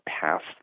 past